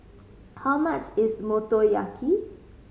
how much is Motoyaki